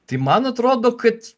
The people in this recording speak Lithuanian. tai man atrodo kad